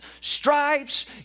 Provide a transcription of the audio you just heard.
stripes